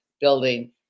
Building